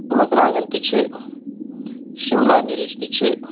مَرژٕواںٛگَن تہِ چھِ شِملا مِرِچ تہِ چھِ